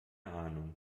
ahnung